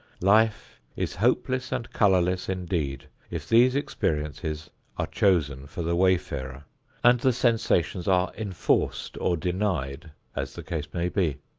life is hopeless and colorless indeed if these experiences are chosen for the wayfarer and the sensations are enforced or denied, as the case may be.